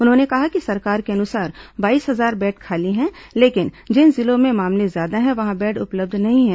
उन्होंने कहा कि सरकार के अनुसार बाईस हजार बेड खाली हैं लेकिन जिन जिलों में मामले ज्यादा हैं वहां बेड उपलब्ध नहीं है